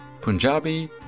Punjabi